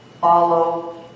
follow